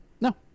no